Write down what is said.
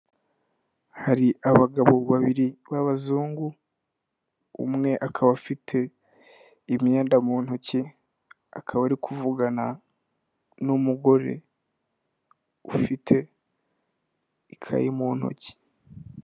Hari abagabo babiri b'abazungu umwe akaba afite imyenda mu ntoki akaba ari kuvugana n'umugore ufite ikayi mu ntoki.